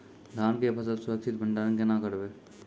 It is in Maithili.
धान के फसल के सुरक्षित भंडारण केना करबै?